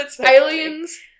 Aliens